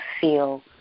feel